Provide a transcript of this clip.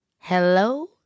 Hello